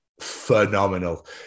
phenomenal